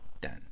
Done